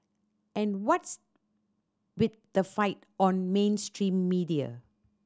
and what's with the fight on mainstream media